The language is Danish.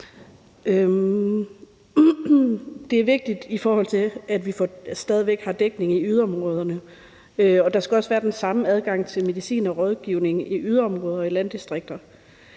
Det er vigtigt, i forhold til at vi stadig væk har dækning i yderområderne, og der skal også være den samme adgang til medicin og rådgivning i yderområderne og i landdistrikterne.